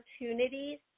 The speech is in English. opportunities